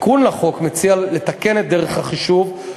התיקון לחוק מציע לתקן את דרך החישוב,